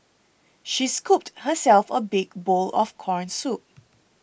she scooped herself a big bowl of Corn Soup